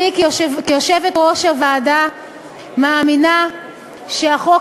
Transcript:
אני כיושבת-ראש הוועדה מאמינה שהחוק